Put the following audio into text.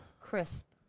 crisp